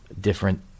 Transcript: different